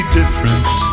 different